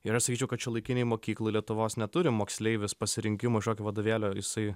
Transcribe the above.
ir aš sakyčiau kad šiuolaikinėj mokykloj lietuvos neturi moksleivis pasirinkimo vadovėlio jisai